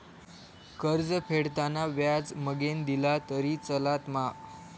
कर्ज फेडताना व्याज मगेन दिला तरी चलात मा?